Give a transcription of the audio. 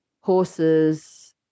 horses